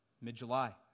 Mid-July